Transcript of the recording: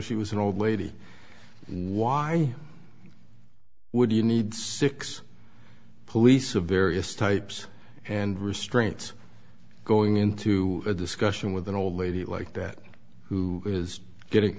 she was an old lady why would you need six police of various types and restraint going into a discussion with an old lady like that who was getting